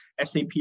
SAP